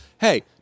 hey